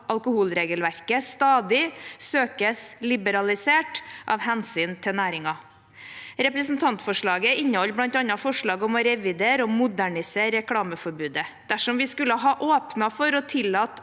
alkoholregelverket stadig søkes liberalisert av hensyn til næringen. Representantforslaget inneholder bl.a. forslag om å revidere og modernisere reklameforbudet. Dersom vi skulle åpnet for å tillate